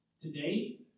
today